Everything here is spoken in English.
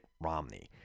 Romney